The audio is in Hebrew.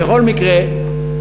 בכל מקרה,